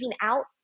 out